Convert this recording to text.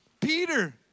Peter